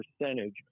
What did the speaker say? percentage